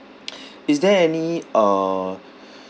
is there any uh